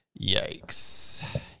Yikes